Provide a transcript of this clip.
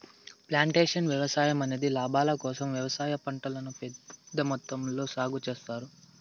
plantation వ్యవసాయం అనేది లాభాల కోసం వ్యవసాయ పంటలను పెద్ద మొత్తంలో సాగు చేత్తారు